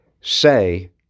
say